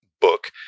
book